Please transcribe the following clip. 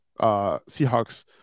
Seahawks